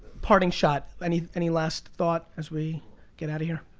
parting shot. any any last thought as we get out of here?